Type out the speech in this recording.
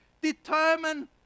determine